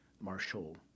marshal